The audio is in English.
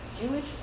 Jewish